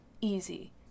Easy